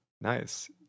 Nice